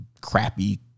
crappy